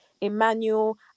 Emmanuel